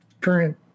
current